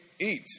eat